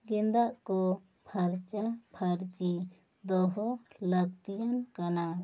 ᱠᱮᱱᱫᱟᱜ ᱠᱚ ᱯᱷᱟᱨᱪᱟ ᱯᱷᱟᱹᱨᱪᱤ ᱫᱚᱦᱚ ᱞᱟᱹᱠᱛᱤ ᱠᱟᱱᱟ